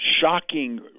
shocking